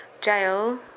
Jail